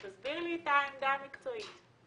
תסביר לי את העמדה המקצועית.